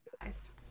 guys